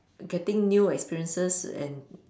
getting new experiences and